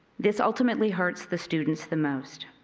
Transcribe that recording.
this ultimately hurts the students the most.